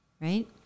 right